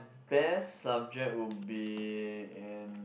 best subject will be in